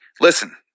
listen